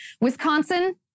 Wisconsin